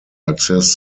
access